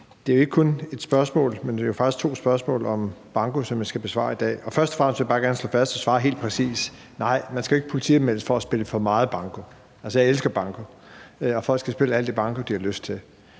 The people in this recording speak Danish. Det er jo ikke kun et spørgsmål, men faktisk to spørgsmål om banko, jeg skal besvare i dag. Først og fremmest vil jeg bare gerne slå fast og svare helt præcist: Nej, man skal ikke politianmeldes for at spille for meget banko. Altså, jeg elsker banko, og folk skal spille al det banko, de har lyst til.